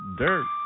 dirt